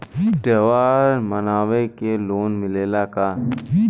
त्योहार मनावे के लोन मिलेला का?